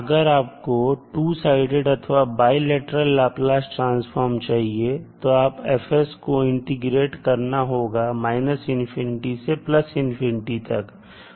अगर आपको two sided अथवा बाईलेटरल लाप्लास ट्रांसफॉर्म चाहिए तो आपको F को इंटीग्रेट करना होगा से तक